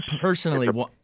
personally